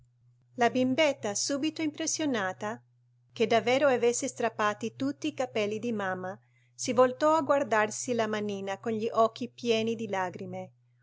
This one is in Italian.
la bimbetta subito impressionata che davvero avesse strappati tutti i capelli di mamma si voltò a guardarsi la manina con gli occhi pieni di lagrime